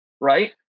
right